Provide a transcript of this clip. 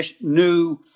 new